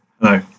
Hello